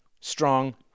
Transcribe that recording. strong